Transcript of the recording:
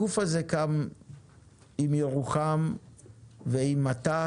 הגוף הזה קם עם ירוחם ועם "מטח"